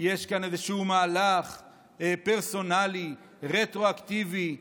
יש כאן איזשהו מהלך פרסונלי, רטרואקטיבי,